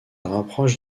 rapproche